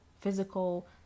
physical